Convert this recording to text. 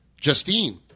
Justine